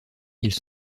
ils